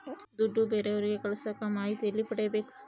ದುಡ್ಡು ಬೇರೆಯವರಿಗೆ ಕಳಸಾಕ ಮಾಹಿತಿ ಎಲ್ಲಿ ಪಡೆಯಬೇಕು?